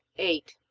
eight.